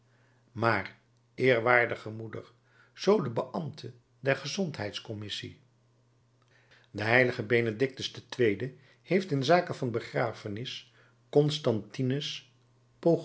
maar eerwaardige moeder zoo de beambte der gezondheidscommissie de h benedictus ii heeft in zake van begrafenis constantinus